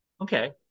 okay